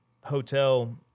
hotel